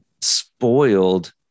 spoiled